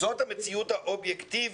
זאת המציאות האובייקטיבית.